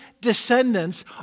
descendants